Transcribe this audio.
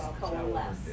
coalesce